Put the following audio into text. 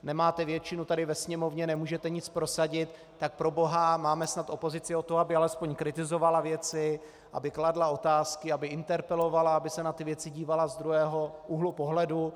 Nemáte většinu tady ve Sněmovně, nemůžete nic prosadit, tak proboha máme snad opozici od toho, aby alespoň kritizovala věci, aby kladla otázky, aby interpelovala, aby se na ty věci dívala z druhého úhlu pohledu.